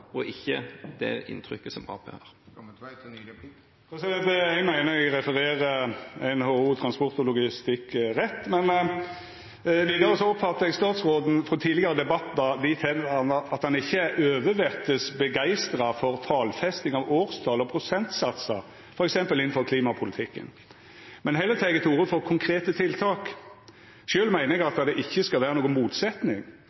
og vi har ikke det inntrykket som Arbeiderpartiet har. Eg meiner eg refererer NHO Logistikk og Transport rett. Vidare oppfattar eg statsråden frå tidlegare debattar dit at han ikkje er overvettes begeistra for talfesting av årstal og prosentsatsar f.eks. innanfor klimapolitikken, men heller tek til orde for konkrete tiltak. Sjølv meiner eg